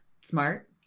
Smart